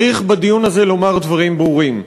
צריך בדיון הזה לומר דברים ברורים: